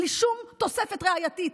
בלי שום תוספת ראייתית.